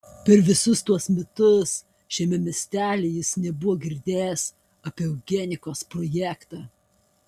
per visus tuos metus šiame miestelyje jis nebuvo girdėjęs apie eugenikos projektą